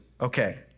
Okay